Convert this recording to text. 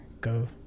go